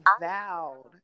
vowed